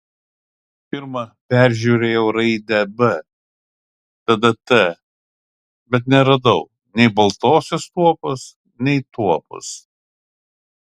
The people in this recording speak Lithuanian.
pirma peržiūrėjau raidę b tada t bet neradau nei baltosios tuopos nei tuopos